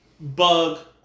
bug